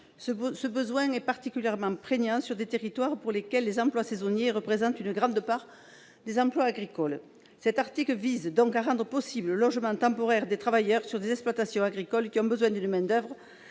Ce besoin est particulièrement prégnant sur des territoires pour lesquels les emplois saisonniers représentent une grande part des emplois agricoles. Cet amendement vise donc à rendre possible le logement temporaire des travailleurs saisonniers sur les exploitations agricoles qui ont besoin d'une main-d'oeuvre